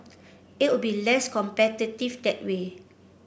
it will be less competitive that way